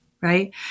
right